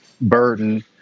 burden